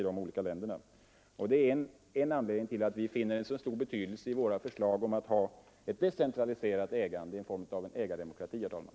Det är en anledning till att vi finner en så stor betydelse i våra förslag om ett decentraliserat ägande, en form av ägardemokrati, herr talman.